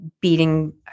beating